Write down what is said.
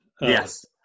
Yes